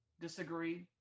disagree